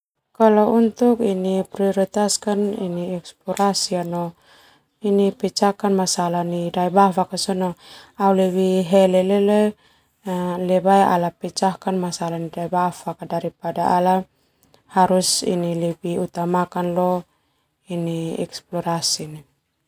Kalau untuk prioritaskan ini pecahkan masalah ini hele leleo lebae ala pecahkan masalah nai daebafak daripada ala harus lebih ini utamakan lo eksplorasi.